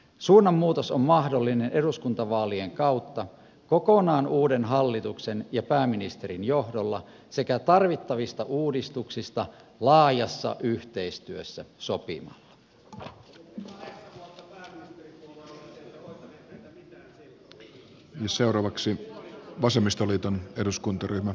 suunnanmuutos on mahdollinen eduskuntavaalien kautta kokonaan uuden hallituksen ja pääministerin johdolla sekä tarvittavista uudistuksista laajassa yhteistyössä sopimalla